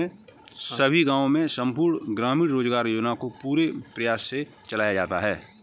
सभी गांवों में संपूर्ण ग्रामीण रोजगार योजना को पूरे प्रयास से चलाया जाता है